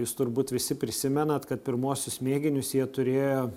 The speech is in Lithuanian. jūs turbūt visi prisimenat kad pirmuosius mėginius jie turėjo